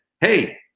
hey